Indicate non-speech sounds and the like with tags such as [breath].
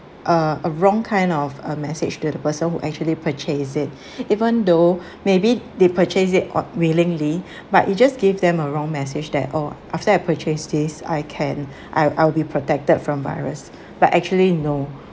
uh a wrong kind of uh message to the person who actually purchased it [breath] even though maybe they purchase it or willingly but it just gave them a wrong message that oh after I purchase these I can I'll I'll be protected from virus but actually no